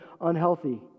unhealthy